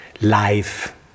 life